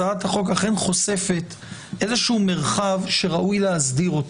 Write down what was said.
הצעת החוק אכן חושפת איזשהו מרחב שראוי להסדיר אותו.